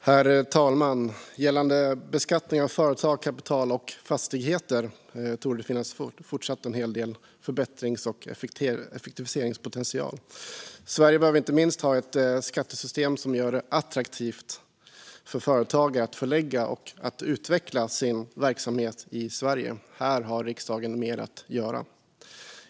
Herr talman! Gällande beskattning av företag, kapital och fastigheter torde det fortsatt finnas en hel del förbättrings och effektiviseringspotential. Sverige behöver inte minst ha ett skattesystem som gör det attraktivt för företagare att förlägga och utveckla sin verksamhet i Sverige. Här har riksdagen mer att göra.